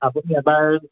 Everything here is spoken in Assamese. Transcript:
আপুনি এবাৰ